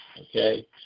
Okay